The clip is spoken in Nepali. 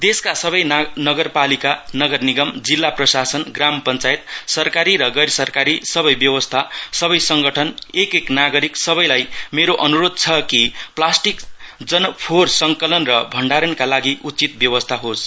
देशका सबै नगरपालिका नगरनिगम जिल्ला प्रशासन ग्राम पञ्चायत सरकारी र गैर सरकारी सबै व्यवस्था सबै संगठन एक एक नागरिक सबैलाई मेरो अनुरोध छ किन प्लास्टिक जन्य फोहोर संकलन र भण्डारणका लागि उचित व्यवस्था होस